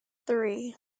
three